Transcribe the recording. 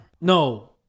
No